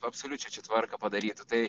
absoliučią čia tvarką padarytų tai